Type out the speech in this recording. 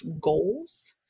goals